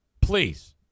Please